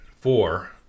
Four